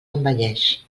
envelleix